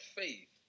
faith